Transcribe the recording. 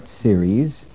series